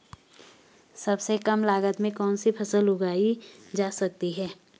सबसे कम लागत में कौन सी फसल उगाई जा सकती है